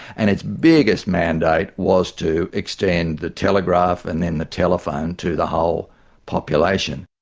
and its biggest mandate was to extend the telegraph and then the telephone to the whole population.